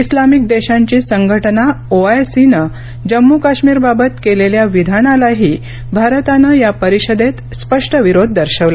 Islamic देशांची संघटना ओआयसीनं जम्मू काश्मीरबाबत केलेल्या विधानालाही भारतानं या परिषदेत स्पष्ट विरोध दर्शवला